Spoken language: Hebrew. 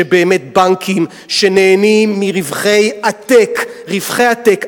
בנקים, שנהנים מרווחי עתק, רווחי עתק.